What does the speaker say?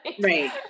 Right